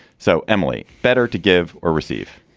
so, emily, better to give or receive